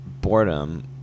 boredom